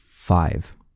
five